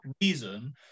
reason